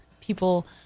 people